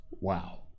wow